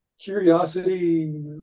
curiosity